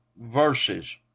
verses